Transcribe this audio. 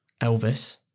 Elvis